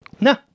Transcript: no